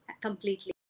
completely